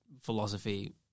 philosophy